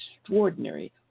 extraordinary